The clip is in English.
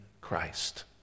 Christ